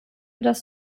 dass